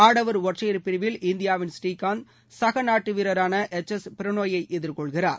ஆடவர் ஒற்றையர் பிரிவில் இந்தியாவின் ஸ்ரீகாந்த் சக நாட்டு வீரரான எச் எஸ் பிரனோவை எதிர்கொள்கிறார்